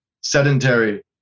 sedentary